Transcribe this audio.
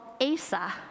asa